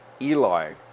Eli